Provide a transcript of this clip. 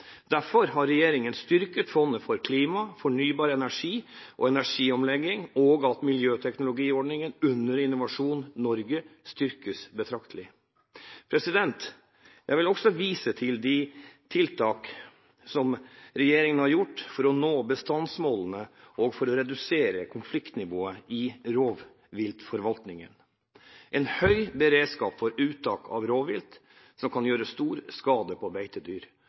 Derfor har regjeringen styrket Fondet for klima, fornybar energi og energiomlegging, og miljøteknologiordningen under Innovasjon Norge styrkes betraktelig. Jeg vil også vise til de tiltak som regjeringen har gjort for å nå bestandsmålene og for å redusere konfliktnivået i rovviltforvaltningen. En høy beredskap for uttak av rovvilt som kan gjøre stor skade på